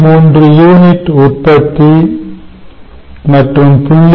3 unit உற்பத்தி மற்றும் 0